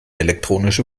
elektronische